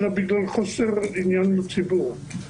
אלא בגלל חוסר עניין לציבור.